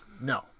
No